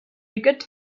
wicket